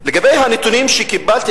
לגבי הנתונים שקיבלתי,